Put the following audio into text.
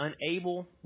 unable